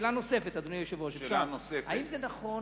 נוספת, אדוני היושב-ראש, האם זה נכון